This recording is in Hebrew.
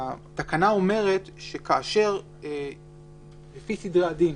התקנה אומרת שכאשר לפי סדרי הדין